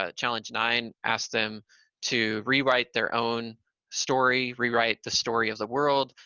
ah challenge nine asks them to rewrite their own story, rewrite the story of the world,